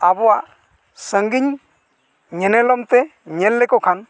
ᱟᱵᱚᱣᱟᱜ ᱥᱟᱺᱜᱤᱧ ᱧᱮᱱᱮᱞᱚᱢ ᱛᱮ ᱧᱮᱞ ᱞᱮᱠᱚ ᱠᱷᱟᱱ